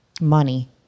money